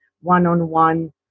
one-on-one